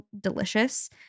delicious